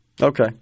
Okay